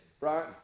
right